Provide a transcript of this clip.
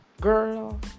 girl